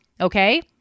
okay